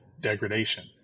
degradation